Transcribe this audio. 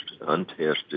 untested